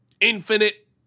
Infinite